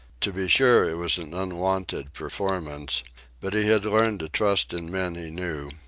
to be sure, it was an unwonted performance but he had learned to trust in men he knew,